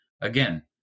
Again